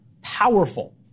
powerful